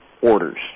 orders